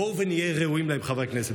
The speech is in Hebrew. בואו ונהיה ראויים להם, חברי הכנסת.